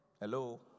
Hello